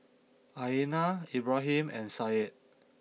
Aina Ibrahim and Syed